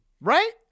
right